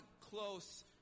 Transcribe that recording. close